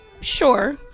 Sure